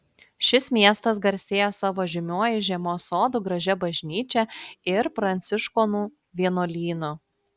šis miestas garsėja savo žymiuoju žiemos sodu gražia bažnyčia ir pranciškonų vienuolynu